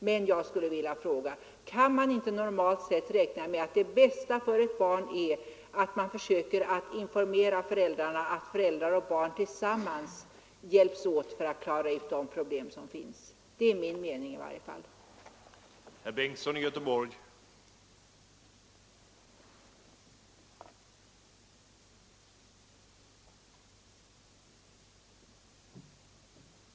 Men jag skulle vilja fråga: Kan man inte normalt sett räkna med att det bästa för ett barn är att man försöker informera föräldrarna, att föräldrar och barn tillsammans hjälps åt med att försöka klara ut de problem som finns? Det är i varje fall min mening.